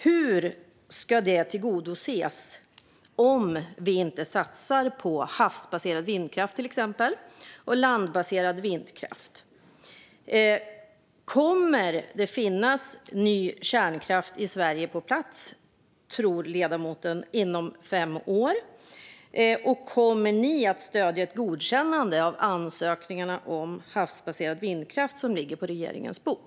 Hur ska det behovet tillgodoses om vi inte satsar på till exempel havsbaserad och landbaserad vindkraft? Tror ledamoten att det kommer att finnas ny kärnkraft på plats i Sverige inom fem år? Och kommer ni att stödja ett godkännande av de ansökningar om havsbaserad vindkraft som ligger på regeringens bord?